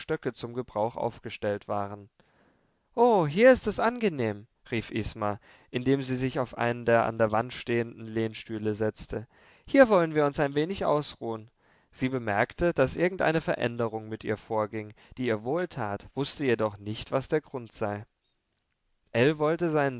zum gebrauch aufgestellt waren oh hier ist es angenehm rief isma indem sie sich auf einen der an der wand stehenden lehnstühle setzte hier wollen wir uns ein wenig ausruhen sie bemerkte daß irgendeine veränderung mit ihr vorging die ihr wohltat wußte jedoch nicht was der grund sei ell wollte seinen